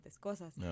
cosas